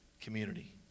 community